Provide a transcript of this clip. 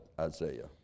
Isaiah